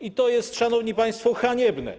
I to jest, szanowni państwo, haniebne.